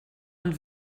und